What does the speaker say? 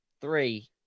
Three